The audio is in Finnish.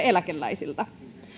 eläkeläisiltä